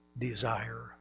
desire